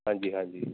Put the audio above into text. ਹਾਂਜੀ ਹਾਂਜੀ